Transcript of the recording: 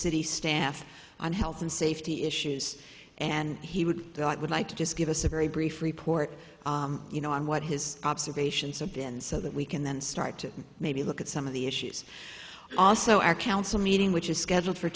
city staff on health and safety issues and he would like to just give us a very brief port you know on what his observations of been so that we can then start to maybe look at some of the issues also our council meeting which is scheduled for